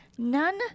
None